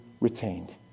retained